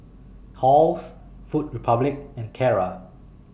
Halls Food Republic and Kara